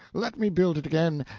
let me build it again,